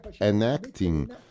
enacting